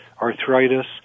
arthritis